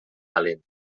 balenes